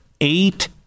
eight